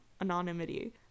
anonymity